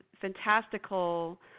fantastical